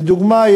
לדוגמה,